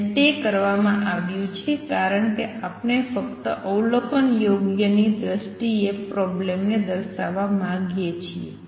અને તે કરવામાં આવ્યું છે કારણ કે આપણે ફક્ત અવલોકનયોગ્યની દ્રષ્ટિએ પ્રોબ્લેમ ને દર્શાવવા માગીએ છીએ